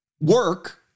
work